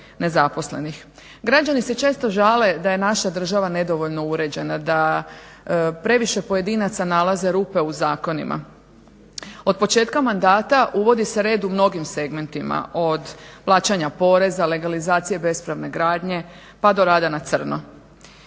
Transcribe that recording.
Građani se često žale da je naša država nedovoljno uređena, da previše pojedinaca nalaze rupe u zakonima. Od početka mandata uvodi se red u mnogim segmentima, od plaćanja poreza, legalizacije bespravne gradnje pa do rada na crno.